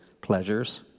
pleasures